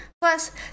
Plus